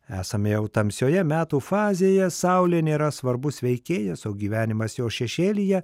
esame jau tamsioje metų fazėje saulė nėra svarbus veikėjas o gyvenimas jos šešėlyje